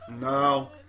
No